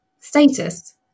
status